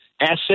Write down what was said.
asset